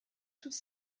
toute